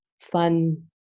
fun